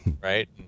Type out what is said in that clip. right